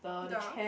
the